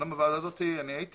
הייתי